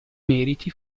meriti